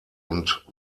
und